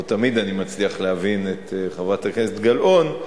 לא תמיד אני מצליח להבין את חברת הכנסת גלאון.